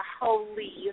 holy